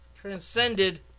Transcended